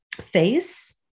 face